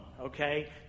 okay